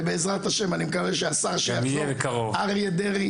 ובעזרת ה' אני מקווה שהשר שיזור אריה דרעי,